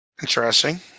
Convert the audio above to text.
Interesting